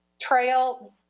trail